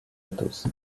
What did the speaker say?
athos